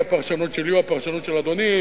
הפרשנות שלי או הפרשנות של אדוני?